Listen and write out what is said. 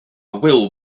will